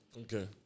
Okay